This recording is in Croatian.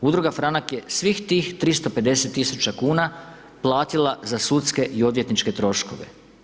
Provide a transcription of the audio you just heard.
Udruga Franak je svih tih 350 tisuća kuna platila za sudske i odvjetničke troškove.